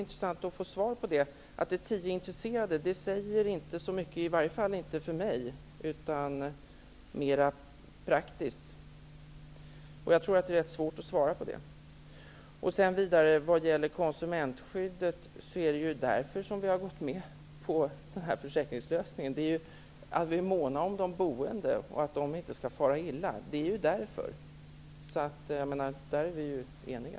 Det säger inte så mycket -- i varje fall inte för mig -- att det är tio som är intresserade. Jag tror att det är rätt svårt att svara på dessa frågor. När det gäller konsumentskyddet är ju det anledningen till att vi har gått med på den här försäkringslösningen. Vi vill måna om de boende, så att de inte far illa. Där är vi ju eniga.